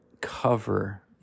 cover